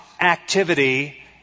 activity